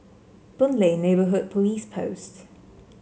Boon Lay Neighbourhood Police Post